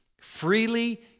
Freely